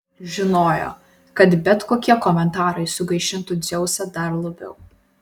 žinojo kad bet kokie komentarai sugaišintų dzeusą dar labiau